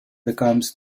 becomes